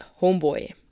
homeboy